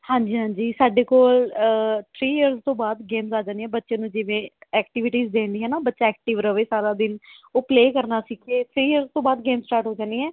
ਹਾਂਜੀ ਹਾਂਜੀ ਸਾਡੇ ਕੋਲ ਥ੍ਰੀ ਈਅਰਸ ਤੋਂ ਬਾਅਦ ਗੇਮਜ਼ ਆ ਜਾਂਦੀਆਂ ਨੇ ਬੱਚੇ ਨੂੰ ਜਿਵੇਂ ਐਕਟੀਵਿਟੀਜ਼ ਦੇਣੀਆਂ ਏ ਨਾ ਬੱਚਾ ਐਕਟਿਵ ਰਵੇ ਸਾਰਾ ਦਿਨ ਉਹ ਪਲੇਅ ਕਰਨਾ ਸਿੱਖੇ ਥ੍ਰੀ ਈਅਰਸ ਤੋਂ ਬਾਅਦ ਗੇਮਜ਼ ਸਟਾਰਟ ਹੋ ਜਾਂਦੀਆਂ